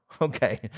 okay